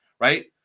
right